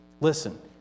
listen